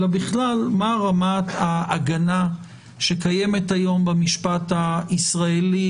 אלא בכלל מה רמת ההגנה שקיימת היום במשפט הישראלי